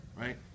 right